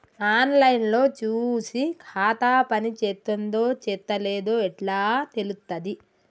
On line లో చూసి ఖాతా పనిచేత్తందో చేత్తలేదో ఎట్లా తెలుత్తది?